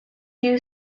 you